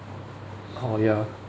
orh ya